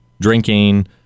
drinking